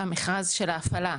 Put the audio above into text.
המכרז של ההפעלה.